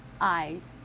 Eyes